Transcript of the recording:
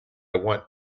want